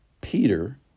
Peter